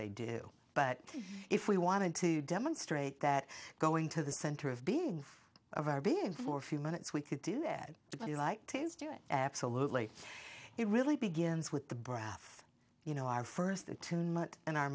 they do but if we wanted to demonstrate that going to the center of being of our being for a few minutes we could do that to be liked is doing absolutely it really begins with the breath you know our first attunement and our